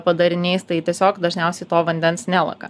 padariniais tai tiesiog dažniausiai to vandens nelaka